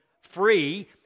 free